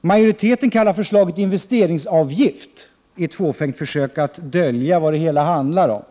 Majoriteten kallar förslaget investeringsavgift i ett fåfängt försök att dölja vad det handlar om.